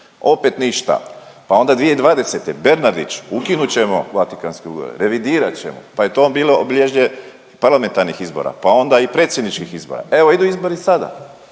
Opet ništa, pa onda 2020. Bernardić, ukinut ćemo Vatikanske ugovore, revidirat ćemo, pa je to bilo obilježje parlamentarnih izbora, pa onda i predsjedničkih izbora. Evo idu izbori i sada,